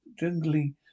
Jungly